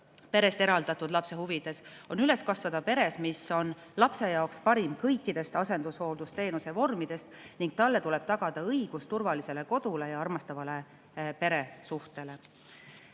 Perest eraldatud lapse huvides on üles kasvada peres, mis on lapse jaoks parim kõikidest asendushooldusteenuse vormidest, ning talle tuleb tagada õigus turvalisele kodule ja armastavale peresuhtele.